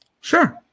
Sure